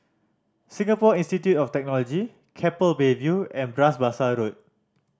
Singapore Institute of Technology Keppel Bay View and Bras Basah Road